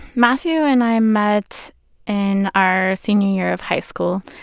mathew and i met and our senior year of high school.